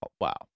Wow